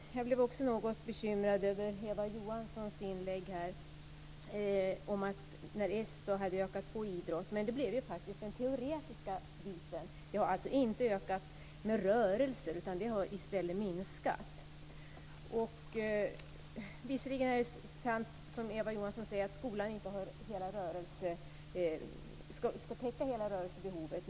Jag blev också något bekymrad över Eva Johanssons inlägg om att socialdemokraterna hade ökat på ämnet idrott. Men det blev faktiskt den teoretiska biten som ökade. Det har inte ökat när det gäller rörelser, det har minskat. Visserligen är det sant som Eva Johansson säger att skolan inte ska täcka hela rörelsebehovet.